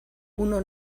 uno